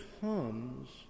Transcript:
comes